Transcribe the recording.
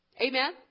Amen